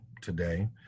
today